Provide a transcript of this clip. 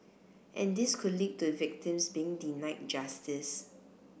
and this could lead to victims being denied justice